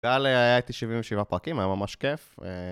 וכאלה הייתי 77 פרקים היה ממש כיף